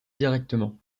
directement